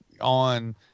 on